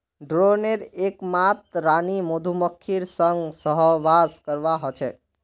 ड्रोनेर एकमात रानी मधुमक्खीर संग सहवास करवा ह छेक